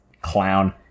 Clown